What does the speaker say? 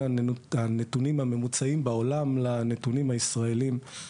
הנתונים הממוצעים בעולם לנתונים הישראלים.